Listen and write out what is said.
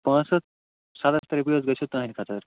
پانٛژھ ہَتھ سَتَتھ رۄپیہِ حظ گژھیو تُہَنٛد خٲطر